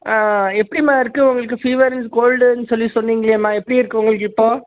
எப்படிம்மா இருக்கு உங்களுக்கு ஃபீவரு கோல்டுன்னு சொல்லி சொன்னிங்களேம்மா எப்படி இருக்கு உங்களுக்கு இப்போ